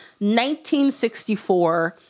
1964